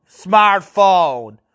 smartphone